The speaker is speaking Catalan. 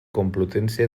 complutense